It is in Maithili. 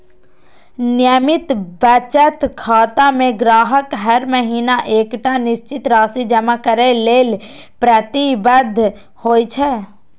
नियमित बचत खाता मे ग्राहक हर महीना एकटा निश्चित राशि जमा करै लेल प्रतिबद्ध होइ छै